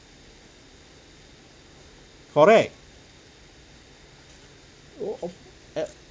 correct oh orh eh